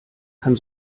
kann